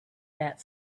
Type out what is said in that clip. that